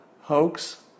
hoax